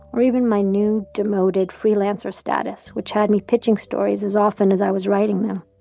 or even my new, demoted, freelancer status, which had me pitching stories as often as i was writing them